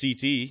CT